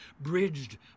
bridged